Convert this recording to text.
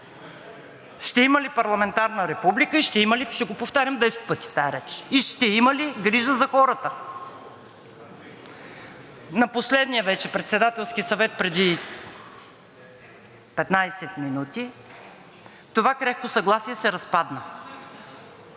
ще има ли парламентарна република, ще го повтарям 10 пъти в тази реч, и ще има ли грижа за хората. На последния вече Председателски съвет, преди 15 минути, това крехко съгласие се разпадна